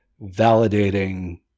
validating